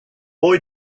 boy